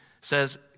says